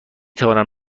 توانم